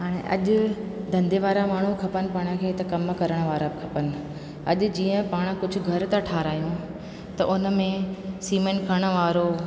हाणे अॼु धंधे वारा माण्हू खपनि पाण खे त कमु करणु वारा बि खपनि अॼु जीअं पाण कुझु घर था ठाहिरायूं त उन में सीमेंट खरणु वारो